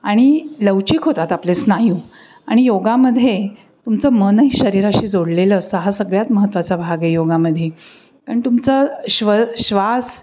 आणि लवचिक होतात आपले स्नायू आणि योगामध्ये तुमचं मनही शरीराशी जोडलेलं असतं हा सगळ्यात महत्त्वाचा भाग आहे योगामध्ये आणि तुमचं श्व श्वास